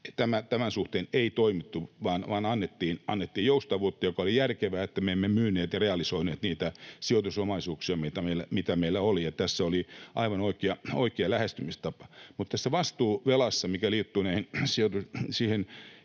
tämän suhteen ei toimittu vaan annettiin joustavuutta, mikä oli järkevää — että me emme myyneet ja realisoineet niitä sijoitusomaisuuksia, mitä meillä oli — ja tässä oli aivan oikea lähestymistapa. Mutta tässä vastuuvelassa, mikä liittyy näihin